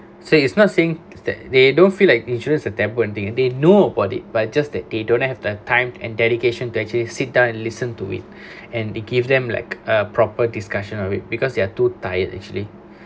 so it's not saying that they don't feel like insurance a taboo thing and they know about it but just that they don't have the time and dedication to actually sit down and listen to it and they give them like a proper discussion of it because they are too tired actually